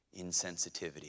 insensitivity